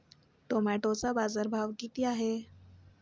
टोमॅटोचा बाजारभाव किती आहे?